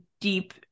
deep